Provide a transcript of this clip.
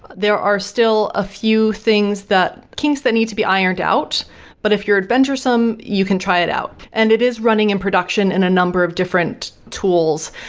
there are still a few things that kinks that need to be ironed out but if you're adventuresome, you can try it out. and it is running in production in a number of different tools.